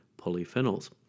polyphenols